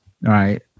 Right